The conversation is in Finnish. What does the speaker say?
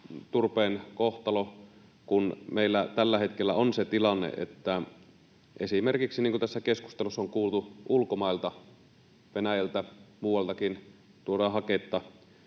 turpeen kohtalo, kun meillä tällä hetkellä on se tilanne, että esimerkiksi, niin kuin tässä keskustelussa on kuultu, ulkomailta, Venäjältä, muualtakin, tuodaan haketta